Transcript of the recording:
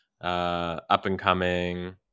up-and-coming